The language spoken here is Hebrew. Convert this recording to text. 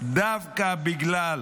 דווקא בגלל